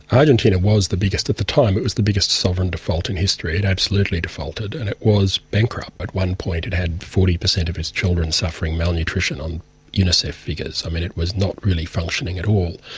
argentina was the biggest at the time, it was the biggest sovereign default in history, it absolutely defaulted, and it was bankrupt, at one point it had forty percent of its children suffering malnutrition on unicef figures. i mean, it was not really functioning at all.